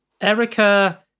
Erica